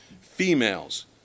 females